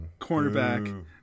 cornerback